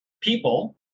people